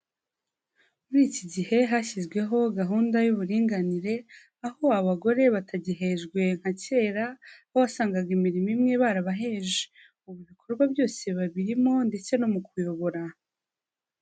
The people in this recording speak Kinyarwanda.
Muri iki gihe hashyizweho gahunda y'uburinganire, aho abagore batagihejwe nka kera, aho wasangaga imirimo imwe barabaheje, ubu ibikorwa byose babirimo ndetse no mu kuyobora.